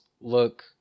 look